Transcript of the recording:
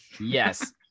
Yes